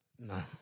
No